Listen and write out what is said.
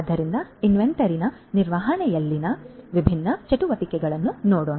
ಆದ್ದರಿಂದ ಇನ್ವೆಂಟರಿನ ನಿರ್ವಹಣೆಯಲ್ಲಿನ ವಿಭಿನ್ನ ಚಟುವಟಿಕೆಗಳನ್ನು ನೋಡೋಣ